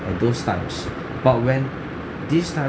or those types but when this times